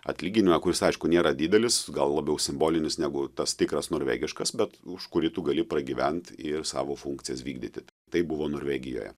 atlyginimą kuris aišku nėra didelis gal labiau simbolinis negu tas tikras norvegiškas bet už kurį tu gali pragyvent ir savo funkcijas vykdyti tai buvo norvegijoje